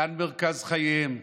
כאן מרכז חייהם,